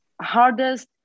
hardest